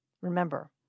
remember